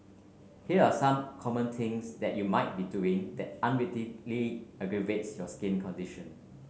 here are some common things that you might be doing that unwittingly aggravates your skin condition